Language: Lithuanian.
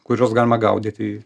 kuriuos galima gaudyti